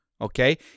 Okay